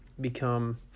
become